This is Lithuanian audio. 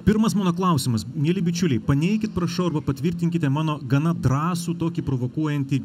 pirmas mano klausimas mieli bičiuliai paneikit prašau arba patvirtinkite mano gana drąsų tokį provokuojantį